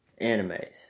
animes